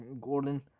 Gordon